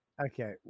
Okay